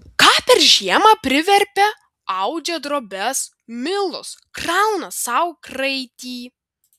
ką per žiemą priverpia audžia drobes milus krauna sau kraitį